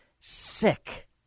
sick